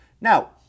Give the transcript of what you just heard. Now